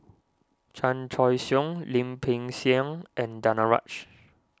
Chan Choy Siong Lim Peng Siang and Danaraj